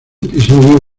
episodio